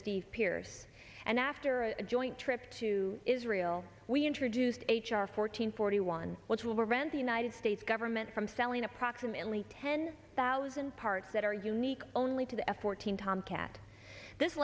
steve pearce and after a joint trip to israel we introduced h r fourteen forty one which will rent the united states government from selling approximately ten thousand parts that are unique only to the f one hundred tomcat this